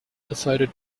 decided